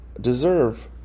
deserve